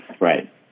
Right